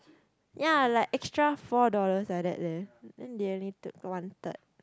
ya like extra four dollars like that there then they only took one third